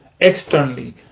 externally